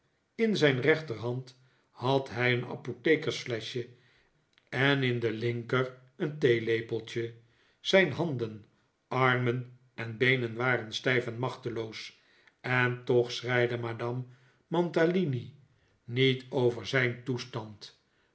in zijn rechterhand had hij een apothekersfleschje en in de linker een theelepeltje zijn handen armen en beenen waren stijf en machteloos en toch schreide madame mantalini niet over zijn toestand